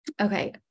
okay